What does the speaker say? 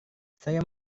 saya